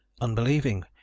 unbelieving